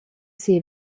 sia